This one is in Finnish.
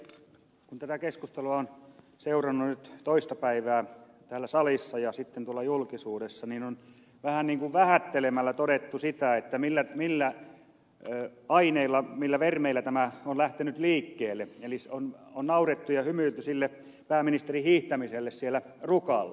kun tätä keskustelua on seurannut nyt toista päivää täällä salissa ja sitten tuolla julkisuudessa niin on vähän niin kuin vähättelemällä todettu millä aineilla millä vermeillä tämä on lähtenyt liikkeelle eli on naurettu ja hymyilty sille pääministerin hiihtämiselle siellä rukalla